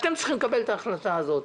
אתם צריכים לקבל את החלטה הזאת.